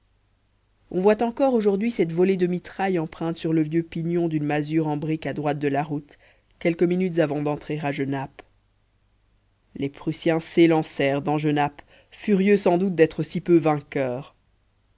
on voit encore aujourd'hui cette volée de mitraille empreinte sur le vieux pignon d'une masure en brique à droite de la route quelques minutes avant d'entrer à genappe les prussiens s'élancèrent dans genappe furieux sans doute d'être si peu vainqueurs